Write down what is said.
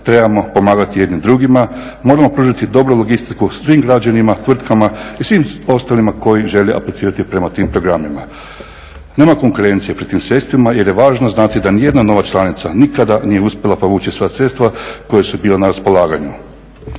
trebamo pomagati jedni drugima. Moramo pružiti dobru logistiku svim građanima, tvrtkama i svim ostalima koji žele aplicirati prema tim programima. Nema konkurencije operativnim sredstvima jer je važno znati da nijedna nova članica nikada nije uspjela povući sva sredstva koja su bila na raspolaganju